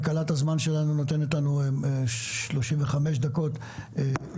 כלכלת הזמן שלנו נותנת לנו עוד 35 דקות לדיבור.